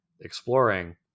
exploring